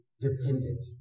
dependent